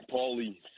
Paulie